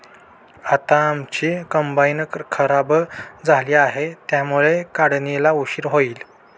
आता आमची कंबाइन खराब झाली आहे, त्यामुळे काढणीला उशीर होईल